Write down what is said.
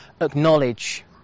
acknowledge